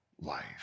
life